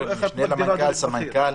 משנה למנכ"ל, סמנכ"ל?